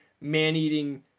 man-eating